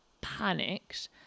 panicked